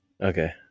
Okay